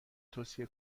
توصیه